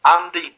Andy